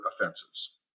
offenses